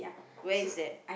where is that